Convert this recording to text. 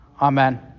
Amen